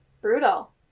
Brutal